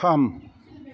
थाम